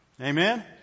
Amen